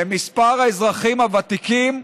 מספר האזרחים הוותיקים,